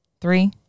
Three